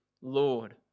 Lord